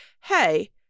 hey